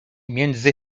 między